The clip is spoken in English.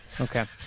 Okay